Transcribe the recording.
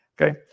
okay